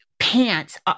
pants